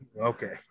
Okay